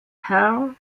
hell